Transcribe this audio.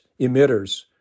emitters